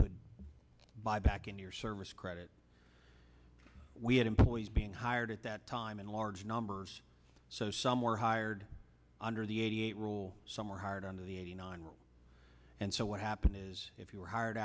could buy back in your service credit we had employees being hired at that time in large numbers so some were hired under the eighty eight rule some were hired under the eighty nine rule and so what happened is if you were hired